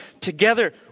Together